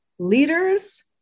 Leaders